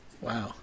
Wow